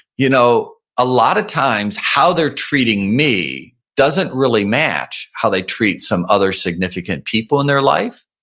you know a lot of times, how they're treating me doesn't really match how they treat some other significant people in their life,